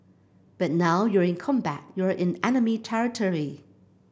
but now you're in combat you're in enemy territory